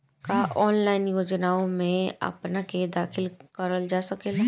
का ऑनलाइन योजनाओ में अपना के दाखिल करल जा सकेला?